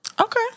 Okay